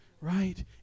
Right